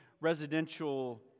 residential